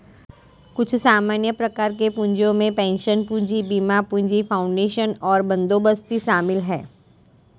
कुछ सामान्य प्रकार के पूँजियो में पेंशन पूंजी, बीमा पूंजी, फाउंडेशन और बंदोबस्ती शामिल हैं